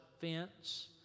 fence